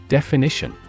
Definition